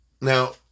Now